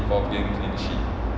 fourth game clean sheet